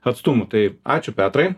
atstumų tai ačiū petrai